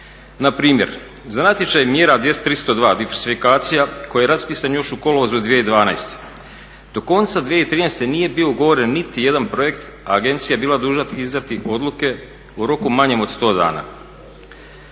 Npr. za natječaj mjera … diversifikacija, koji je raspisan još u kolovozu 2012., do konca 2013. nije bio ugovoren niti jedan projekt, a agencija je bila dužna izdati odluke u roku manjem od 100 dana.